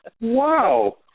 wow